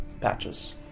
Patches